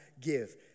give